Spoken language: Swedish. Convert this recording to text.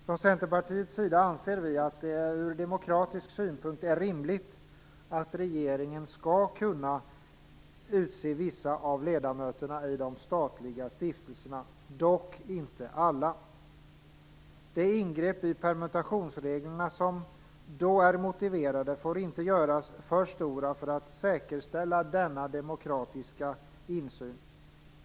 Från Centerpartiets sida anser vi att det ur demokratisk synpunkt är rimligt att regeringen skall kunna utse vissa av ledamöterna i de statliga stiftelserna, dock inte alla. Det ingrepp i premutationsreglerna som då är motiverade får inte göras för stora för att säkerställa denna demokratiska insyn.